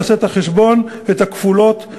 נעשה את החשבון ואת הכפולות,